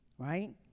right